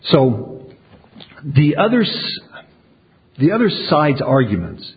so the others the other side arguments